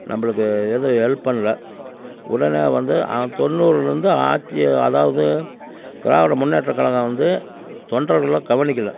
நம்மளுக்கு எதுவும் ஹெல்ப் பண்ணல உடனே வந்து அ தொண்ணூறுலேர்ந்து ஆத்தி அதாவது திராவிட முன்னேற்றக் கழகம் வந்து தொண்டர்களை கவனிக்கலை